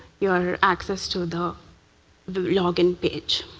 your access to the the log-in page.